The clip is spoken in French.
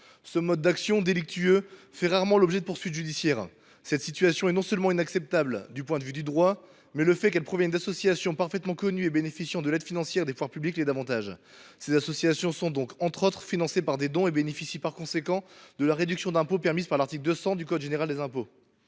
Ce mode d’action délictueux fait rarement l’objet de poursuites judiciaires. Cette situation est non seulement inacceptable du point de vue du droit, mais le fait qu’elle provienne d’associations parfaitement connues et bénéficiant de l’aide financière des pouvoirs publics l’est davantage. Ces associations sont, entre autres, financées par des dons et bénéficient par conséquent de la réduction d’impôts permises par l’article 200 du code général des impôts.